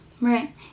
Right